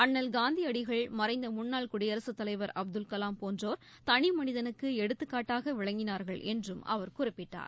அண்ணல் காந்தியடிகள் மறைந்த முன்னாள் குடியரசுத் தலைவர் அப்துல் கலாம் போன்றோர் தனி மனிதனுக்கு எடுத்துக்காட்டாக விளங்கினார்கள் என்றும் அவர் குறிப்பிட்டார்